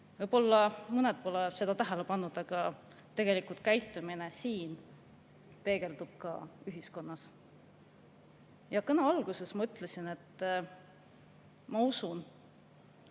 Võib-olla mõned pole seda tähele pannud, aga siinne käitumine peegeldub ka ühiskonnas. Kõne alguses ütlesin, et ma usun,